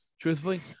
truthfully